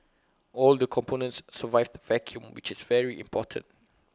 all the components survived vacuum which's very important